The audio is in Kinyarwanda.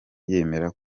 yemera